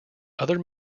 other